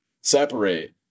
separate